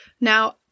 Now